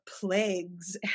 plagues